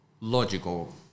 logical